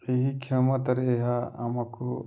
ଏହି କ୍ଷମତାରେ ଏହା ଆମକୁ